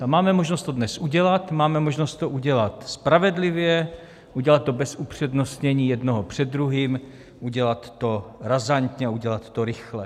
A máme možnost to dnes udělat, máme možnost to udělat spravedlivě, udělat to bez upřednostnění jednoho před druhým, udělat to razantně a udělat to rychle.